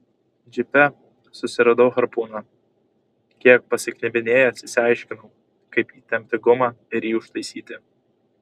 džipe susiradau harpūną kiek pasiknebinėjęs išsiaiškinau kaip įtempti gumą ir jį užtaisyti